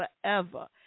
forever